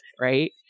Right